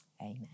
Amen